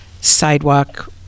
sidewalk